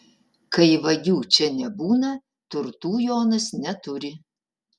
kai vagių čia nebūna turtų jonas neturi